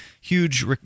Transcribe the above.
huge